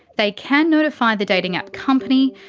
they can notify the dating app company,